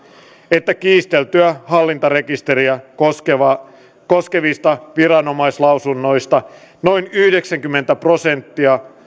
että kiisteltyä hallintarekisteriä koskevista viranomaislausunnoista noin yhdeksänkymmentä prosenttia